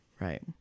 Right